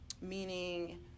meaning